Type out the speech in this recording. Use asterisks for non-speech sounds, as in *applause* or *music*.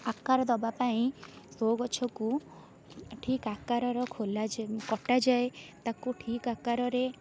ଆକାର ଦବା ପାଇଁ ସୋ ଗଛକୁ ଠିକ୍ ଆକାରର ଖୋଲା *unintelligible* କଟା ଯାଏ ତାକୁ ଠିକ୍ ଆକାରରେ